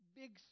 big